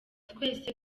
twese